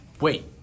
Wait